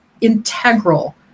integral